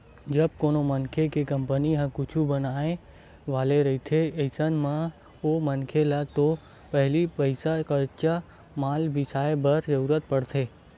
जब कोनो मनखे के कंपनी ह कुछु बनाय वाले रहिथे अइसन म ओ मनखे ल तो पहिली पइसा कच्चा माल बिसाय बर जरुरत पड़थे